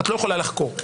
את לא יכולה לחקור.